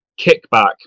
kickback